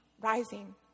rising